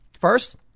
First